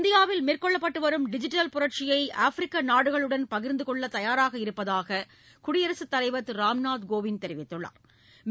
இந்தியாவில் மேற்கொள்ளப்பட்டு வரும் டிஜிட்டல் புரட்சியை ஆப்பிரிக்க நாடுகளுடன் பகிா்ந்து கொள்ள தயாராக இருப்பதாக குடியரசுத்தலைவா் திரு ராம்நாத் கோவிந்த் தெரிவித்துள்ளாா்